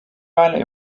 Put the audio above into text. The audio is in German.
weile